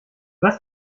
was